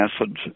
acids